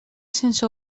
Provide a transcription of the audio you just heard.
sense